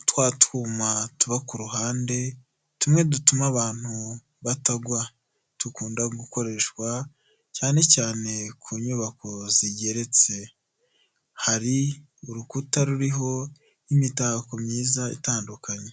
utwatwuma tuba ku ruhande, tumwe dutuma abantu batagwa ,tukunda gukoreshwa, cyane cyane ku nyubako zigeretse, hari urukuta ruriho'imitako myiza itandukanye.